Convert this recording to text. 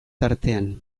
tartean